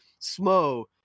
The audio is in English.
Smo